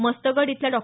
मस्तगड इथल्या डॉ